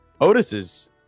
Otis's